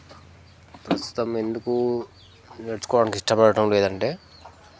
ప్రస్తుతం ఎందుకూ నేర్చుకోవడానికి ఇష్టపడడం లేదంటే